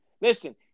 listen